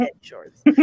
shorts